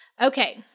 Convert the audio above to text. Okay